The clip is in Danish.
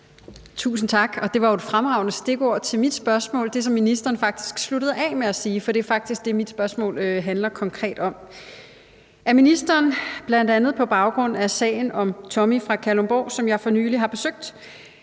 af med at sige, var jo et fremragende stikord til mit spørgsmål, for det er faktisk det, mit spørgsmål handler konkret om: Er ministeren – bl.a. på baggrund af sagen om Tommy fra Kalundborg, som jeg for nylig har besøgt,